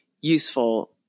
useful